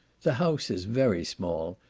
the house is very small,